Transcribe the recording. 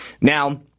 Now